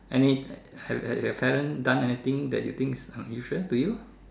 any have have your parents done anything that you think unusual to you